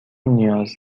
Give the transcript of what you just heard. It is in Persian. نیاز